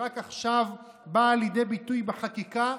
שרק עכשיו באה לידי ביטוי בחקיקה,